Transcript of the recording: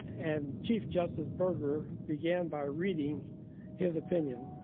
and chief justice burger began by reading his opinion